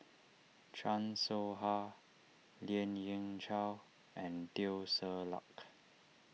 Chan Soh Ha Lien Ying Chow and Teo Ser Luck